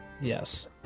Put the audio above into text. Yes